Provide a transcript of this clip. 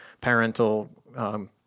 parental